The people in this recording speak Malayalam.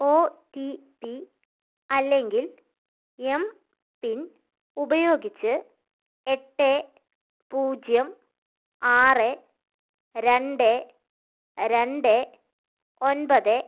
ഓ ടി പി അല്ലെങ്കിൽ എംപിൻ ഉപയോഗിച്ച് എട്ട് പൂജ്യം ആറ് രണ്ട് രണ്ട് ഒൻപത്